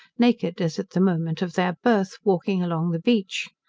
naked as at the moment of their birth, walking along the beach.